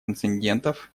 инцидентов